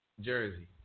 Jersey